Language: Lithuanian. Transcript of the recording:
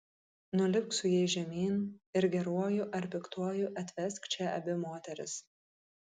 nulipk su jais žemyn ir geruoju ar piktuoju atvesk čia abi moteris